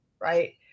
right